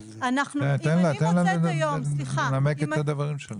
תן לה לנמק את הדברים שלה.